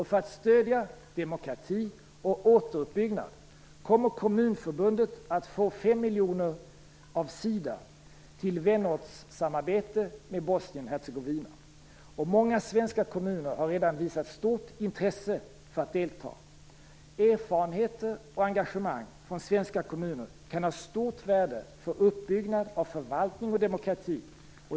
För att stödja demokrati och återuppbyggnad kommer Kommunförbundet att få 5 miljoner kronor av SIDA till vänortssamarbete med Bosnien Hercegovina. Många svenska kommuner har redan visat stort intresse för att delta. Erfarenheter och engagemang från svenska kommuner kan ha stort värde för uppbyggnad av förvaltning och demokrati.